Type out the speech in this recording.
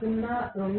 02 0